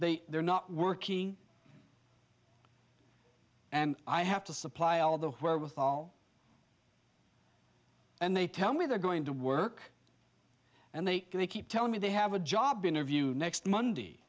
they are not working and i have to supply all the where with all and they tell me they're going to work and they keep telling me they have a job interview next monday